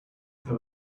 there